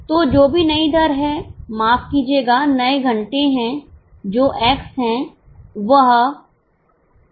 तो जो भी नई दर है माफ कीजिएगा नए घंटे है जो x है वह 05 x होगा